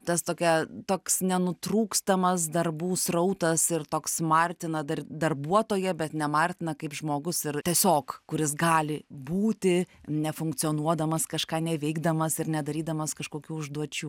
tas tokia toks nenutrūkstamas darbų srautas ir toks martina dar darbuotoja bet ne martina kaip žmogus ir tiesiog kuris gali būti nefunkcionuodamas kažką neveikdamas ir nedarydamas kažkokių užduočių